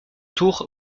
tour